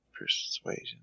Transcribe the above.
Persuasion